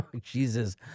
Jesus